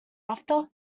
after